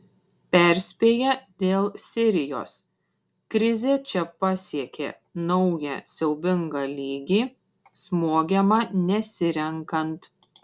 perspėja dėl sirijos krizė čia pasiekė naują siaubingą lygį smogiama nesirenkant